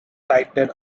sited